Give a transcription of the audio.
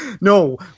No